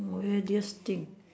weirdest thing